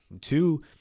Two